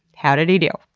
how did he do?